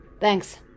Thanks